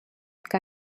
que